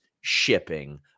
shipping